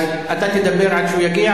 אז אתה תדבר עד שהוא יגיע,